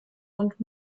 und